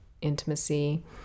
intimacy